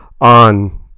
On